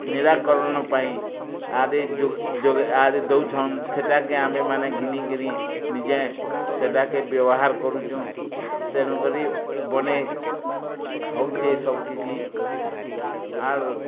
ମୀରାକରଣ ପାଇଁ ଈହା ଦେ ଦେ ଦେଉଛନ୍ ସେଟା କେ ଆମେ ମାନେ ଘିନିକିରି ନିଜେ ସେଟା କେ ବ୍ୟବହାର୍ କରୁଛୁଁ ତେଣୁ କରି ବୋଲେ ହଉଛେ ସବୁ କିଛି ଆର୍